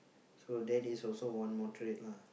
so that is also one more trait lah